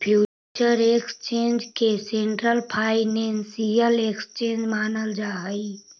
future exchange के central financial exchange मानल जा हइ